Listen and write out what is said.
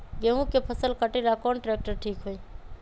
गेहूं के फसल कटेला कौन ट्रैक्टर ठीक होई?